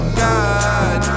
god